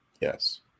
Yes